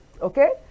okay